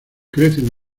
crecen